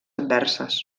adverses